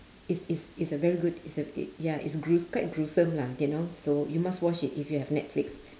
it's it's it's a very good it's a y~ ya it's grue~ quite gruesome lah you know so you must watch it if you have netflix